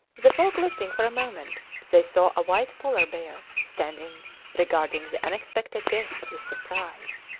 the fog lifting for a moment, they saw a white polar bear standing regarding the unexpected guests with surprise.